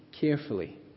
carefully